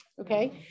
okay